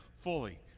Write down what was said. fully